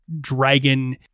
dragon